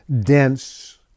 Dense